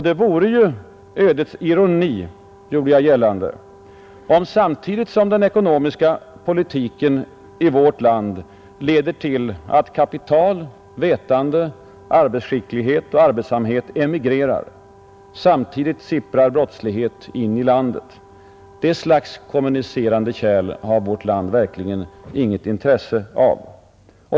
Det vore ju ödets ironi — gjorde jag gällande — om samtidigt som den ekonomiska politiken i vårt land leder till att kapital, vetande, arbetsskicklighet och arbetsamhet emigrerar, sipprar brottslighet in i landet. Det slaget av kommunicerande kärl har vårt land verkligen inget intresse av.